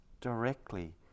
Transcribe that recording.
directly